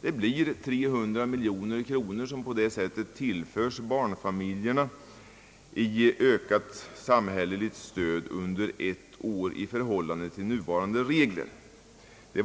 Det blir 300 miljoner per år som på detta sätt tillförs barnfamiljerna i ökat samhälleligt stöd i förhållande till nuvarande regler och bidrag.